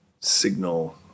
signal